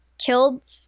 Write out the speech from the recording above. killed